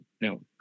no